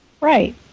Right